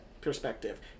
perspective